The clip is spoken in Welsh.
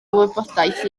wybodaeth